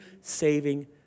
saving